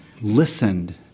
listened